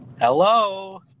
Hello